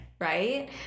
right